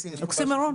נכון, זה אוקסימורון.